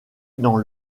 dans